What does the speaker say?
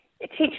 teachers